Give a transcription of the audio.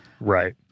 Right